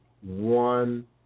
one